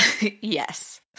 Yes